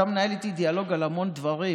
אתה מנהל איתי דיאלוג על המון דברים,